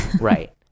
Right